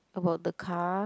about the car